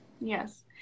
Yes